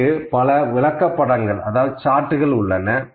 இங்கு பல விளக்கப்படங்கள் சார்ட் உள்ளன